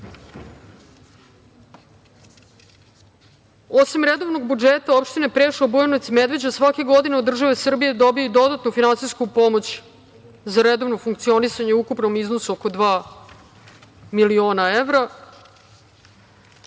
redovnog budžeta opštine Preševo, Bujanovac i Medveđa svake godine od države Srbije dobiju i dodatnu finansijsku pomoć za redovno funkcionisanje u ukupnom iznosu oko dva miliona evra.